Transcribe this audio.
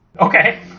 Okay